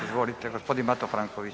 Izvolite, gospodin Mato Franković.